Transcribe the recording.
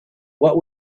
what